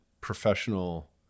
professional